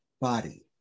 body